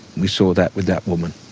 we saw that with that woman.